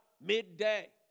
midday